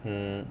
hmm